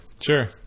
Sure